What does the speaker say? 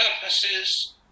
purposes